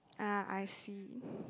ah I see